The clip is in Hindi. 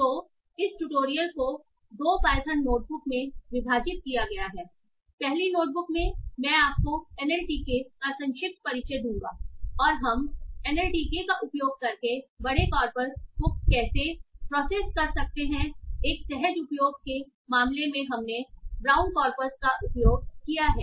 तो इस ट्यूटोरियल को 2 पाइथन नोट बुक में विभाजित किया गया हैपहली नोट बुक में मैं आपको एनएलटीके का संक्षिप्त परिचय दूंगा और हम एनएलटीके का उपयोग करके बड़े कॉर्पस को कैसे प्रोसेस कर सकते हैंएक सहज उपयोग के मामले में हमने ब्राउन कॉर्पस का उपयोग किया है